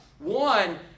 One